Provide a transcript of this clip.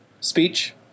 speech